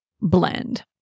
blend